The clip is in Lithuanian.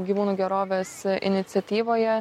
gyvūnų gerovės iniciatyvoje